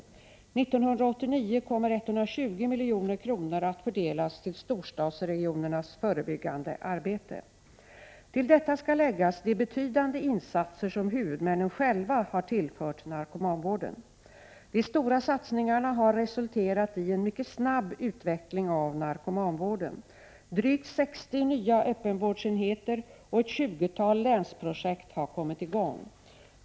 1989 kommer 120 milj.kr. att fördelas till storstadsregionernas förebyggande arbete. Till detta skall läggas de betydande insatser som huvudmännen själva har tillfört narkomanvården. De stora satsningarna har resulterat i en mycket snabb utveckling av narkomanvården. Drygt 60 nya öppenvårdsenheter och ett tjugotal länsprojekt har kommit i gång.